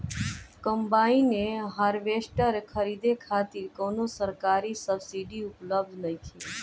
Combine harvester खरीदे खातिर कउनो सरकारी सब्सीडी उपलब्ध नइखे?